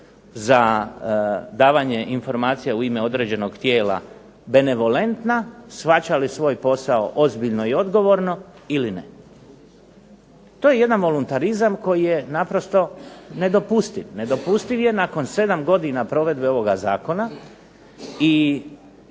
za davanje informacija u ime određenog tijela benevolentna, shvaća li svoj posao ozbiljno i odgovorno ili ne. To je jedan voluntarizam koji je naprosto nedopustiv. Nedopustiv je nakon 7 godina provedbe ovoga zakona i